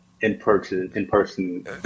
in-person